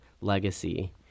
legacy